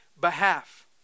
behalf